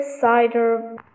Cider